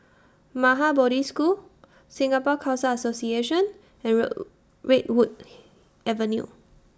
Maha Bodhi School Singapore Khalsa Association and Road Redwood Avenue